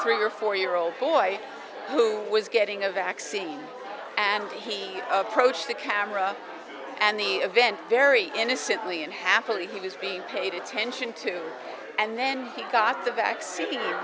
or four year old boy who was getting a vaccine and he approached the camera and the event very innocently and happily he was being paid attention to and then he got the vaccine